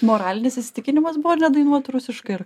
moralinis įsitikinimas buvo nedainuot rusiškai